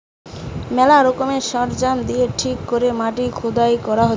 ম্যালা রকমের সরঞ্জাম দিয়ে ঠিক করে মাটি খুদাই করা হতিছে